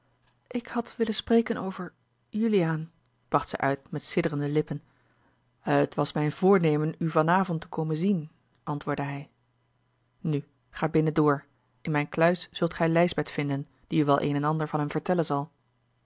ik had willen spreken over juliaan bracht zij uit met sidderende lippen het was mijn voornemen u van avond te komen zien antwoordde hij nù ga binnen door in mijne kluis zult gij lijsbeth vinden die u wel een en ander van hem vertellen zal